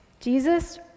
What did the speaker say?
Jesus